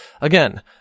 again